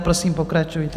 Prosím, pokračujte.